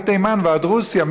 מתימן ועד רוסיה,